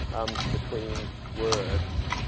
um, between words.